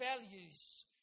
values